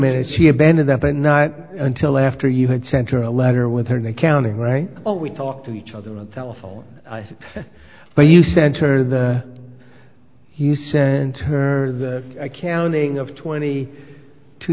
minute she abandoned that but not until after you had sent her a letter with an accounting right oh we talked to each other on the telephone but you center the you said her accounting of twenty two